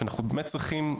שאנחנו באמת צריכים,